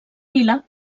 vila